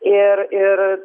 ir ir